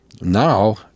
Now